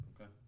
Okay